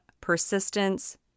persistence